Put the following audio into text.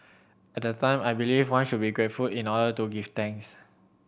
at the time I believed one should be grateful in order to give thanks